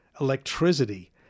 electricity